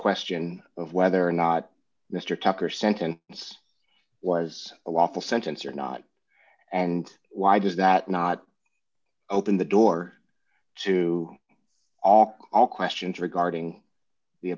question of whether or not mr tucker sentence was a lawful sentence or not and why does that not open the door to auk all questions regarding the